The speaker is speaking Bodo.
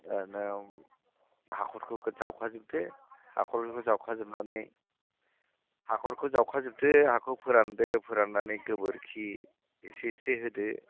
दाना हाख'रफोरखौ जावखाजोबदो हाख'रफोरखौ जावखाजोबनानै हाख'रखौ जावखा जोबदो हाखौ फोरानदो फोरननानै गोबोरखि एसे एसे होदो